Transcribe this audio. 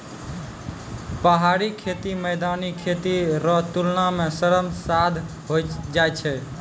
पहाड़ी खेती मैदानी खेती रो तुलना मे श्रम साध होय जाय छै